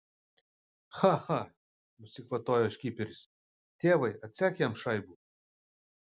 cha cha nusikvatojo škiperis tėvai atsek jam šaibų